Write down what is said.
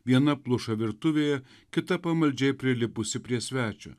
viena pluša virtuvėje kita pamaldžiai prilipusi prie svečio